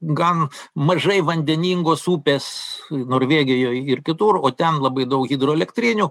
gan mažai vandeningos upės norvegijoj ir kitur o ten labai daug hidroelektrinių